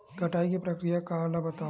कटाई के प्रक्रिया ला बतावव?